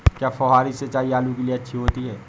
क्या फुहारी सिंचाई आलू के लिए अच्छी होती है?